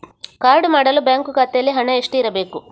Card ಮಾಡಲು bank ಖಾತೆಯಲ್ಲಿ ಹಣ ಎಷ್ಟು ಇರಬೇಕು?